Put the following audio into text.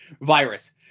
virus